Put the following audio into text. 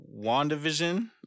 WandaVision